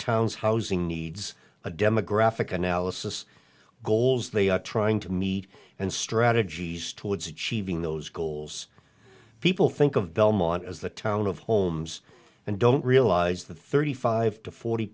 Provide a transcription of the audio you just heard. town's housing needs a demographic analysis goals they are trying to meet and strategies towards achieving those goals people think of belmont as the town of homes and don't realize the thirty five to forty